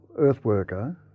Earthworker